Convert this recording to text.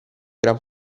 gran